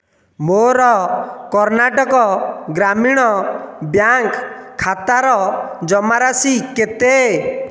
ମୋର କର୍ଣ୍ଣାଟକ ଗ୍ରାମୀଣ ବ୍ୟାଙ୍କ୍ ଖାତାର ଜମାରାଶି କେତେ